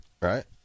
right